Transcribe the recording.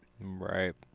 Right